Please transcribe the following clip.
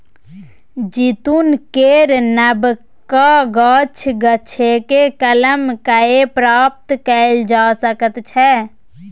जैतून केर नबका गाछ, गाछकेँ कलम कए प्राप्त कएल जा सकैत छै